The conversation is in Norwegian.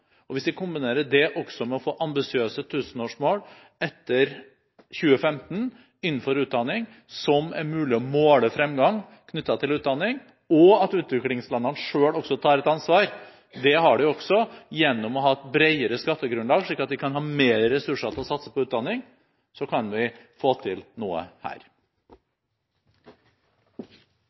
og hvis vi kombinerer det med å få ambisiøse tusenårsmål etter 2015 innenfor utdanning, der det er mulig å måle fremgang knyttet til utdanning, og at utviklingslandene selv også tar et ansvar – det har de også gjennom å ha bredere skattegrunnlag, slik at de kan ha mer ressurser til å satse på utdanning – kan vi få til noe her.